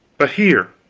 but here,